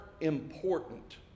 important